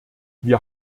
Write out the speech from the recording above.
wir